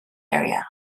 area